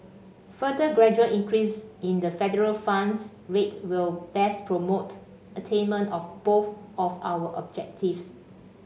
further gradual increase in the federal funds rate will best promote attainment of both of our objectives